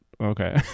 Okay